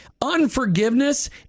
unforgiveness